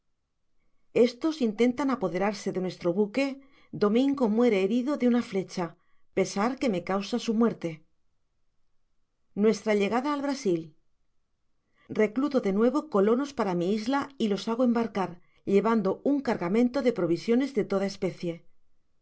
estos intentan apoderarse de nuestro buque domingo muere herido de una flecha pesar que me causa su muerte nuestra llegada al brasil recluto de nuevo colonos para mi isla y los hago embarcar llevando un cargamento de provisio nes de toda especie me